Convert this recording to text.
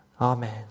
Amen